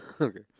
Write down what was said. Okay